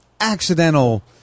accidental